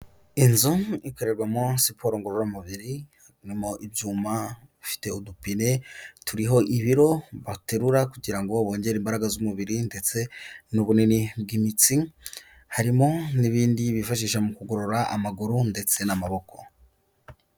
Inzu ikorerwamo siporo ngororamubiri irimo ibyuma ifite udupine turiho ibiro baterura kugira ngo bongere imbaraga z'umubiri ndetse n'ubunini bw'imitsi, harimo n'ibindi bifashisha mu kugorora amaguru ndetse n'amaboko.